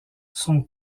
son